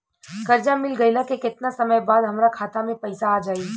कर्जा मिल गईला के केतना समय बाद हमरा खाता मे पैसा आ जायी?